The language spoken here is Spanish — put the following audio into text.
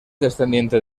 descendiente